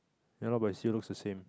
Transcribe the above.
ya lor but he still looks the same